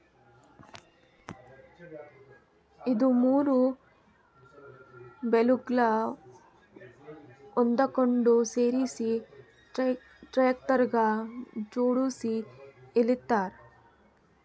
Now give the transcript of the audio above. ಇದು ಮೂರು ಬೇಲ್ಗೊಳ್ ಒಂದಕ್ಕೊಂದು ಸೇರಿಸಿ ಟ್ರ್ಯಾಕ್ಟರ್ಗ ಜೋಡುಸಿ ಎಳಿತಾರ್